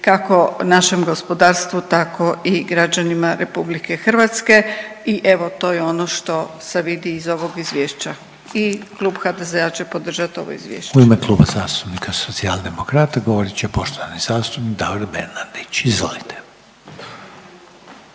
kako našem gospodarstvu, tako i građanima Republike Hrvatske. I evo, to je ono što se vidi iz ovog Izvješća i Klub HDZ-a će podržati ovo Izvješće. **Reiner, Željko (HDZ)** U ime Kluba zastupnika Socijaldemokrata govorit će poštovani zastupnik Davor Bernardić. Izvolite.